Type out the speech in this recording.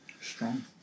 Strong